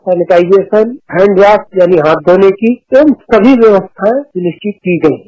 sanitization handwash यानि हाथ धोने की सभी व्यवस्थाये सुनिश्चित की गयी हैं